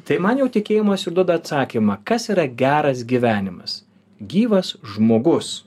tai man jau tikėjimas ir duoda atsakymą kas yra geras gyvenimas gyvas žmogus